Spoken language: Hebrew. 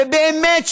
ובאמת,